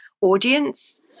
audience